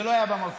זה לא היה במקום.